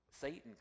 satan